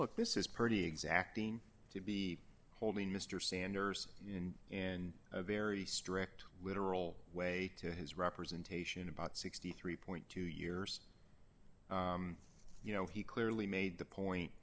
look this is pretty exacting to be holding mr sanders in in a very strict literal way to his representation about sixty three point two years you know he clearly made the point